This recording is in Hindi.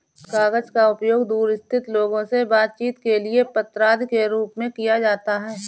कागज का उपयोग दूर स्थित लोगों से बातचीत के लिए पत्र आदि के रूप में किया जाता है